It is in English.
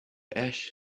ash